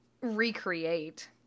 recreate